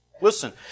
Listen